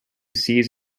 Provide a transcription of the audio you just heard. cease